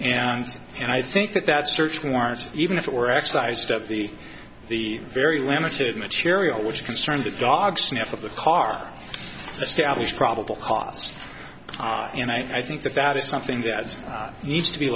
and and i think that that search warrants even if it were excised of the the very limited material which concerns that dog sniff of the car establish probable cause and i think that that is something that needs to be